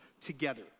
together